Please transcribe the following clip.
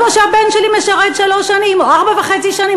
כמו שהבן שלי משרת שלוש שנים או ארבע וחצי שנים,